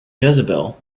jezebel